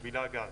שמובילה גז.